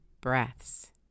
breaths